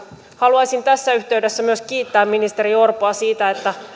haluaisin tässä yhteydessä myös kiittää ministeri orpoa siitä että